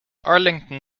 arlington